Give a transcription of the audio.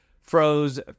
froze